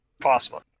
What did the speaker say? possible